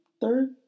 third